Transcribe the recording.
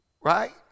Right